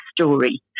story